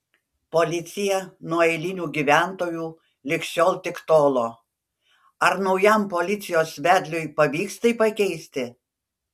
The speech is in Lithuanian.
policija nuo eilinių gyventojų lig šiol tik tolo ar naujam policijos vedliui pavyks tai pakeisti